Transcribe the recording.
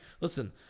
listen